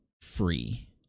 free